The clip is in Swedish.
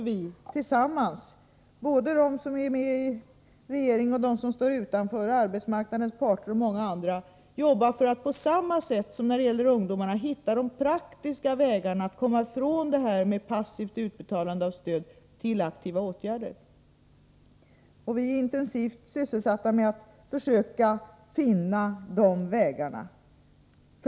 Självfallet måste både de som är med i regeringen och de som står utanför den, arbetsmarknadens parter och många andra, tillsammans jobba för att på samma sätt som när det gäller ungdomarna hitta de praktiska vägarna för att gå från passivt utbetalande av stöd till aktiva åtgärder. Vi är intensivt sysselsatta med att försöka finna de vägarna.